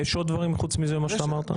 יש עוד דברים חוץ ממה שאמרת?